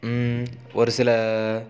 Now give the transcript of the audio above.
ஒரு சில